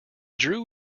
drew